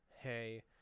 hey